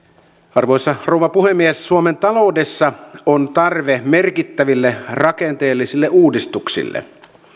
arvoisa rouva puhemies suomen taloudessa on tarve merkittäville rakenteellisille uudistuksille